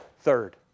third